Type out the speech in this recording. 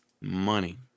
Money